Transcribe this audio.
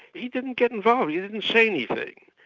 but he didn't get involved, he didn't say anything.